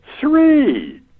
Three